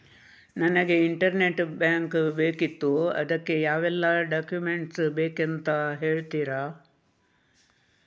ನನಗೆ internet bank ಬೇಕಿತ್ತು ಅದಕ್ಕೆ ಯಾವೆಲ್ಲಾ ಡಾಕ್ಯುಮೆಂಟ್ಸ್ ಕೊಡ್ಬೇಕು ಅಂತ ಹೇಳ್ತಿರಾ?